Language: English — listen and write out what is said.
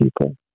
people